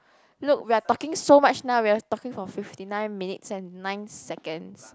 look we are talking so much now we are talking for fifty nine minutes and nine seconds